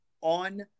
on